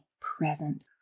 present